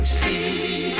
see